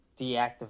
deactivate